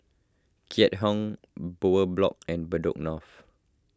Keat Hong Bowyer Block and Bedok North